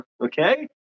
okay